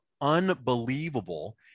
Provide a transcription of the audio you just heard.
unbelievable